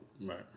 Right